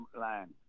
land